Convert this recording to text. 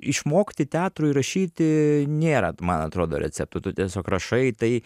išmokti teatrui rašyti nėra man atrodo receptų tu tiesiog rašai tai